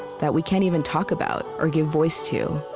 that we can't even talk about or give voice to.